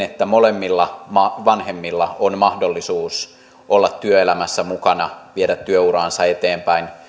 että molemmilla vanhemmilla on mahdollisuus olla työelämässä mukana viedä työuraansa eteenpäin